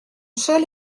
seul